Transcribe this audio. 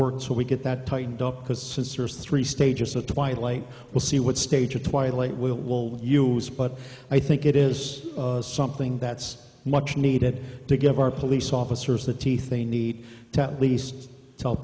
work so we get that tightened up because sensors three stages of twilight we'll see what stage of twilight will will use but i think it is something that's much needed to give our police officers the teeth they need to at least tell